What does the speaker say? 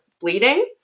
bleeding